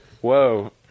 Whoa